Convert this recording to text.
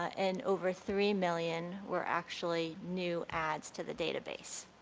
and over three million were actually new adds to the database.